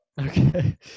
Okay